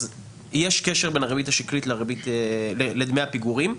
יש קשר בין הריבית השקלית לדמי הפיגורים.